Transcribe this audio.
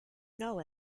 know